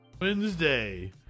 Wednesday